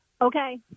Okay